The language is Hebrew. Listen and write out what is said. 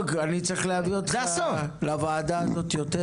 אלמוג, אני צריך להביא אותך לוועדה הזו יותר.